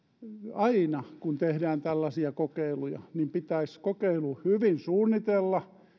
aina kun tehdään tällaisia kokeiluja pitäisi kokeilu hyvin suunnitella